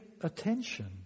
attention